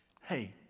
Hey